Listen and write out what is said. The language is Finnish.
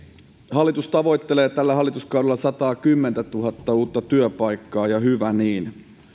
hallitus tavoittelee tällä hallituskaudella sataakymmentätuhatta uutta työpaikkaa ja hyvä niin